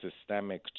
systemic